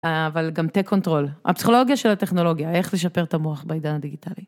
אבל גם תה-קונטרול, הפסיכולוגיה של הטכנולוגיה, איך לשפר את המוח בעידן הדיגיטלי.